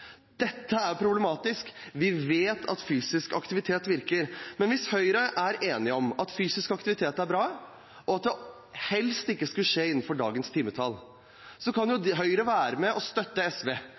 Dette er problematisk. Vi vet at fysisk aktivitet virker. Men hvis Høyre er enig i at fysisk aktivitet er bra, og at det helst ikke skal skje innenfor dagens timetall, kan jo